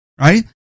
right